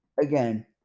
Again